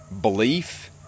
belief